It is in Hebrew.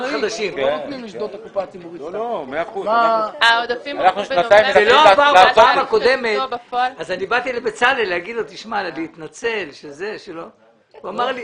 זה לא עבר בפעם הקודמת ואני באתי לבצלאל להתנצל והוא אמר לי